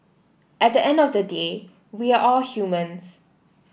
at the end of the day we are all humans